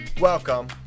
Welcome